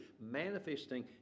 manifesting